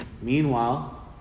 Meanwhile